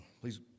Please